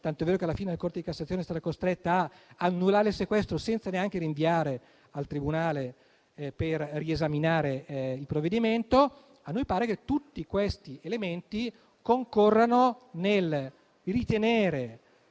tanto vero che, alla fine, la Corte di cassazione è stata costretta ad annullare il sequestro senza neanche rinviare al tribunale per riesaminare il provvedimento. A noi pare che tutti questi elementi concorrano nel ritenere